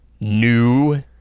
New